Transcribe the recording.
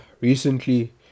recently